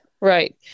Right